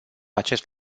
acest